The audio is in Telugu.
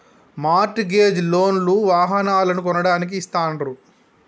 మార్ట్ గేజ్ లోన్ లు వాహనాలను కొనడానికి ఇస్తాండ్రు